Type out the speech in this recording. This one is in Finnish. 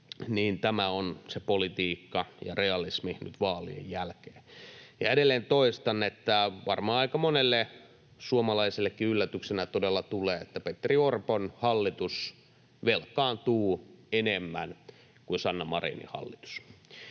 niin tämä on se politiikka ja realismi nyt vaalien jälkeen. Ja edelleen toistan, että varmaan aika monelle suomalaisellekin yllätyksenä todella tulee, että Petteri Orpon hallitus velkaantuu enemmän kuin Sanna Marinin hallitus.